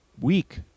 week